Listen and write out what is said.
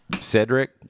Cedric